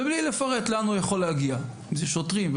מבלי לפרט לאן הוא יכול להגיע אם זה שוטרים,